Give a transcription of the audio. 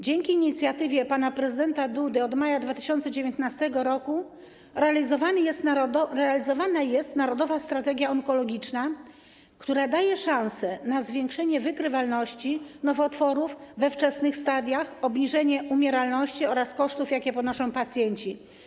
Dzięki inicjatywie pana prezydenta Dudy od maja 2019 r. realizowana jest Narodowa Strategia Onkologiczna, która daje szanse na zwiększenie wykrywalności nowotworów we wczesnych stadiach, obniżenie umieralności oraz kosztów, jakie ponoszą pacjenci.